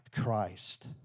Christ